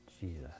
Jesus